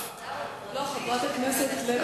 בתי"ו, אני דיברתי על המגזר הפרטי.